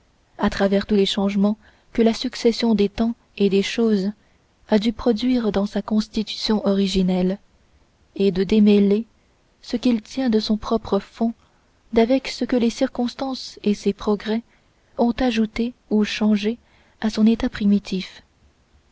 à travers tous les changements que la succession des temps et des choses a dû produire dans sa constitution originelle et de démêler ce qu'il tient de son propre fonds d'avec ce que les circonstances et ses progrès ont ajouté ou changé à son état primitif